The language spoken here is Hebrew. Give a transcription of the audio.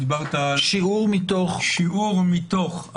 שיעור מתוך,